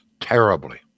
terribly